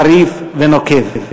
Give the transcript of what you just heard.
חריף ונוקב.